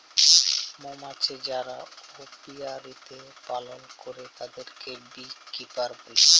মমাছি যারা অপিয়ারীতে পালল করে তাদেরকে বী কিপার বলে